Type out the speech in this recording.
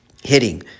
Hitting